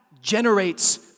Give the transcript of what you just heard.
generates